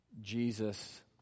Jesus